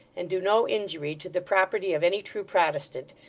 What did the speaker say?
and do no injury to the property of any true protestant.